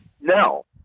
No